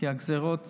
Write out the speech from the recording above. הגזרות קשות,